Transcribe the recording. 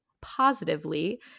positively